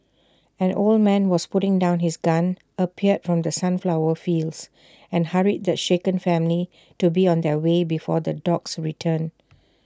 an old man who was putting down his gun appeared from the sunflower fields and hurried the shaken family to be on their way before the dogs return